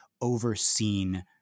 overseen